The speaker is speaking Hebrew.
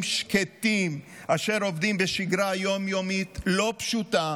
שקטים אשר עובדים בשגרה יום-יומית לא פשוטה,